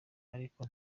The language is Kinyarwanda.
ariko